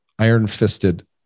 iron-fisted